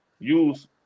Use